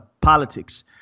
politics